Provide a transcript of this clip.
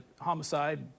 homicide